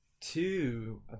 Two